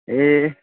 ए